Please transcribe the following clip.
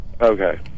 Okay